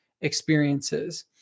experiences